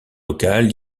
local